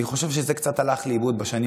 אני חושב שזה קצת הלך לאיבוד בשנים